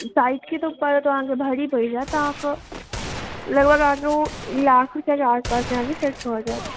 साइजके ऊपर तऽ भारी पड़ि जायत अहाँके लगभग अहाँके ओ लाख रुपैआके आस पास अहाँके सेट भऽ जायत